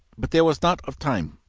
but there was not of time.